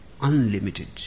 unlimited